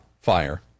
fire